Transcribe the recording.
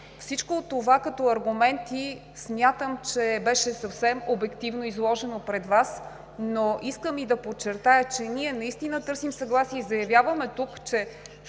Всичко това като аргументи смятам, че беше съвсем обективно изложено пред Вас, но искам и да подчертая, че ние наистина търсим съгласие и заявяваме тук, че